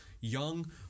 young